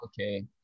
okay